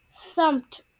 thumped